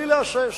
בלי להסס.